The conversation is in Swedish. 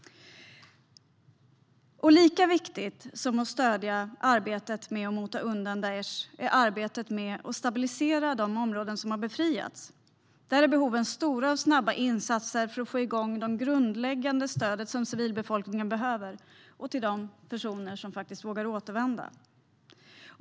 Lika viktigt som att stödja arbetet med att mota undan Daish är arbetet med att stabilisera de områden som har befriats. Där är behoven stora av snabba insatser för att få igång det grundläggande stöd som civilbefolkningen behöver och stödet till de personer som faktiskt vågar återvända.